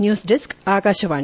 news desk Akashvani